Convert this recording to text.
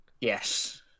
Yes